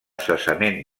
cessament